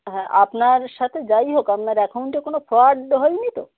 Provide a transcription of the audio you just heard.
হ্যাঁ আপনার সাথে যাই হোক আপনার অ্যাকাউন্টে কোনো ফ্রড হয়নি তো